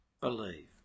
believe